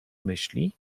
myśli